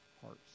parts